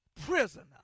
prisoner